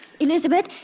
Elizabeth